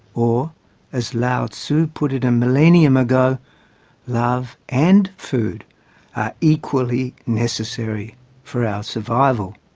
or as lao tsu put it a millenium ago love and food are equally necessary for our survival.